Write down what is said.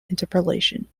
interpolation